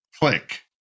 click